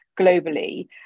globally